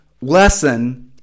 lesson